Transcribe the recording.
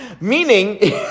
Meaning